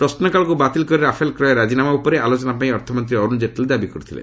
ପ୍ରଶ୍ନକାଳକୁ ବାତିଲ କରି ରାଫେଲ କ୍ରୟ ରାଜିନାମା ଉପରେ ଆଲୋଚନା ପାଇଁ ଅର୍ଥମନ୍ତ୍ରୀ ଅରୁଣ ଜେଟ୍ଲୀ ଦାବି କରିଥିଲେ